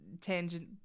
tangent